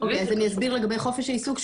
אז אני אסביר לגבי חופש העיסוק.